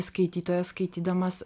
skaitytojas skaitydamas